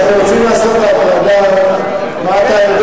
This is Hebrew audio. אנחנו רוצים לעשות את ההפרדה מה אתה יודע